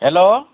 hello